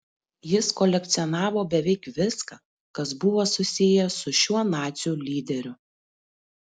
jis kolekcionavo beveik viską kas buvo susiję su šiuo nacių lyderiu